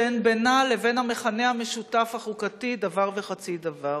שאין בינה לבין המכנה המשותף החוקתי דבר וחצי דבר,